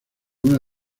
una